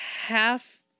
half